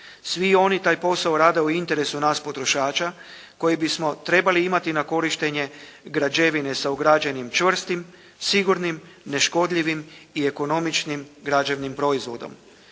Svi oni taj posao rade u interesu nas potrošača koji bismo trebali imati na korištenje građevine sa ugrađenim čvrstim, sigurnim, neškodljivim i ekonomičnim građevnim proizvodom.